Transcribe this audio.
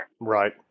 Right